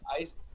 ice